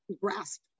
grasp